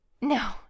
no